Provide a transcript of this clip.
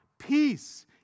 peace